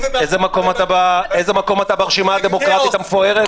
--- איזה מקום אתה ברשימה הדמוקרטית המפוארת?